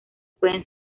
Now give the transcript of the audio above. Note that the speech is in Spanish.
puede